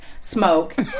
smoke